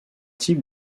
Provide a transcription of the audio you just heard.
type